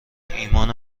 ایمان